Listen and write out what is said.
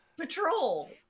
Patrol